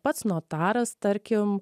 pats notaras tarkim